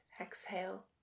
exhale